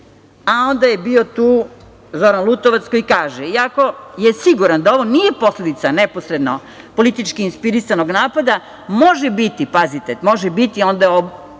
je bio tu Zoran Lutovac koji kaže – iako je siguran da ovo nije posledica neposredno politički inspirisanog napada, može biti, pazite, onda ovako